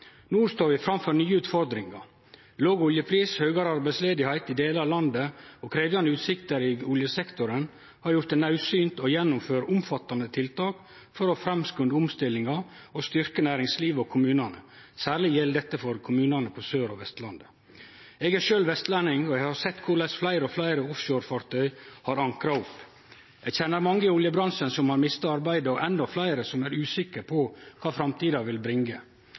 No står vi framfor nye utfordringar. Låg oljepris, høgare arbeidsløyse i delar av landet og krevjande utsikter i oljesektoren har gjort det naudsynt å gjennomføre omfattande tiltak for å framskunde omstillinga og styrkje næringslivet og kommunane. Særleg gjeld dette for kommunane på Sør- og Vestlandet. Eg er sjølv vestlending, og eg har sett korleis fleire og fleire offshorefartøy har ankra opp. Eg kjenner mange i oljebransjen som har mista arbeidet, og endå fleire som er usikre på kva framtida vil bringe.